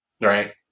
right